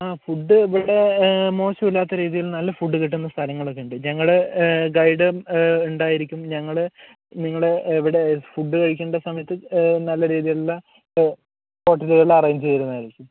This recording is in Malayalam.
ആ ഫുഡ് ഇവിടെ മോശമില്ലാത്ത രീതിയിൽ നല്ല ഫുഡ് കിട്ടുന്ന സ്ഥലങ്ങൾ ഒക്കെ ഉണ്ട് ഞങ്ങളുടെ ഗൈഡ് ഉണ്ടായിരിക്കും ഞങ്ങൾ നിങ്ങൾ ഇവിടെ ഫുഡ് കഴിക്കുന്ന സമയത്ത് നല്ല രീതിയിലുള്ള ഹോട്ടലുകൾ അറേഞ്ച് ചെയ്യുന്നതായിരിക്കും